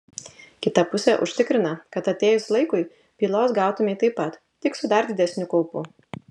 kita pusė užtikrina kad atėjus laikui pylos gautumei taip pat tik su dar didesniu kaupu